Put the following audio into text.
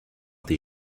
des